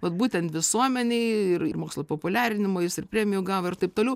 vat būtent visuomenei ir mokslo populiarinimo jis ir premijų gavo ir taip toliau